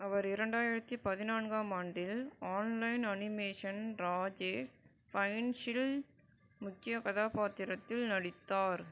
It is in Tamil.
அவர் இரண்டாயிரத்து பதினான்காம் ஆம் ஆண்டில் ஆன்லைன் அனிமேஷன் ராஜேஷ் ஃபைன்ஸ்ஸில் முக்கிய கதாபாத்திரத்தில் நடித்தார்